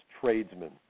tradesmen